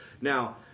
Now